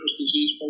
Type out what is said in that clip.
disease